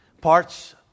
Parts